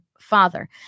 father